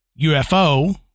UFO